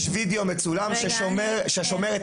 יש וידיאו מצולם שבו רואים שהשומרת,